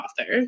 author